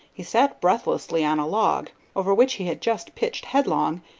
he sat breathlessly on a log, over which he had just pitched headlong,